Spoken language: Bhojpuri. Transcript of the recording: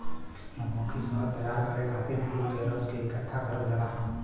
मधुमक्खी शहद तैयार करे खातिर फूल के रस के इकठ्ठा करल जाला